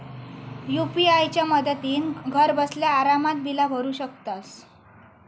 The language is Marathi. यू.पी.आय च्या मदतीन घरबसल्या आरामात बिला भरू शकतंस